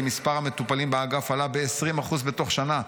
מספר המטופלים באגף עלה ב-20% בתוך שנה,